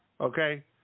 Okay